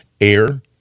air